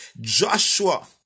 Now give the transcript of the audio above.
Joshua